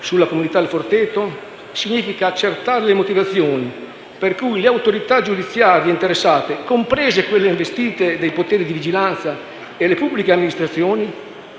sulla comunità «Il Forteto» significa accertare le motivazioni per cui le autorità giudiziarie interessate - comprese quelle investite di poteri di vigilanza - e le pubbliche amministrazioni,